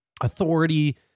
authority